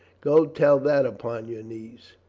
go, tell that upon your knees.